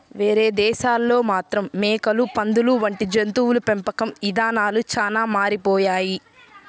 వేరే దేశాల్లో మాత్రం మేకలు, పందులు వంటి జంతువుల పెంపకం ఇదానాలు చానా మారిపోయాయి